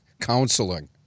counseling